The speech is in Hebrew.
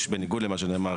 בניגוד למה שנאמר,